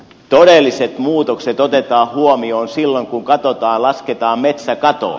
todelliset muutokset otetaan huomioon silloin kun katsotaan lasketaan metsäkato